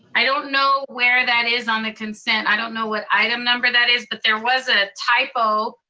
i don't know where that is on the concent, i don't know what item number that is, but there was a typo.